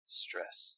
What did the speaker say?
stress